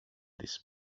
this